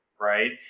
right